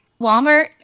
Walmart